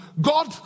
God